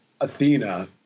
Athena